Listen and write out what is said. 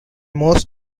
most